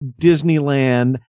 Disneyland